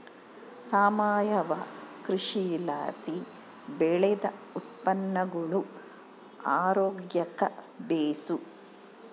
ಸಾವಯವ ಕೃಷಿಲಾಸಿ ಬೆಳ್ದ ಉತ್ಪನ್ನಗುಳು ಆರೋಗ್ಯುಕ್ಕ ಬೇಸು